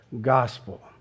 gospel